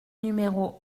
numéro